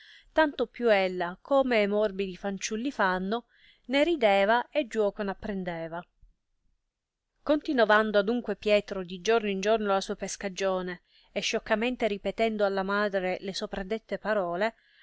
tanto più ella come e morbidi fanciulli fanno ne rideva e giuoco n apprendeva continovando adunque pietro di giorno in giorno la sua pescagione e sioccamente ripetendo alla madre le sopradette parole